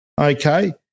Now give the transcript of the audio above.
okay